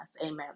amen